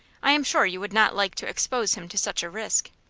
i am sure you would not like to expose him to such a risk.